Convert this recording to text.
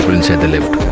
inside the lift?